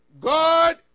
God